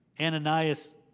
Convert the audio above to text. Ananias